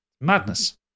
Madness